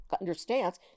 understands